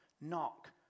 Knock